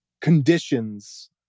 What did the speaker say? conditions